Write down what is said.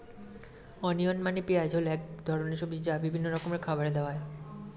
onion মানে পেঁয়াজ হল এক ধরনের সবজি যা বিভিন্ন রকমের খাবারে দেওয়া হয়